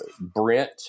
Brent